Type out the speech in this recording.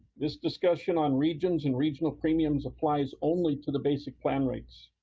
this discussion on regions and regional premiums applies only to the basic plan rates.